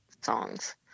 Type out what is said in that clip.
songs